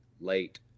late